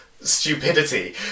Stupidity